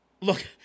look